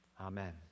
Amen